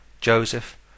Joseph